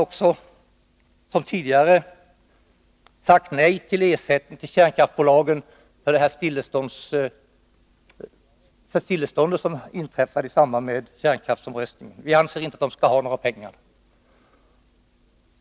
I likhet med vad vi tidigare gjort har vi också här sagt nej till ersättning till kärnkraftsbolagen för det stillestånd som inträffade i samband med kärnkraftsomröstningen. Vi anser att storbolagen inte skall ha några pengar.